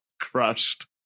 Crushed